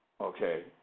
okay